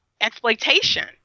exploitation